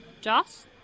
Joss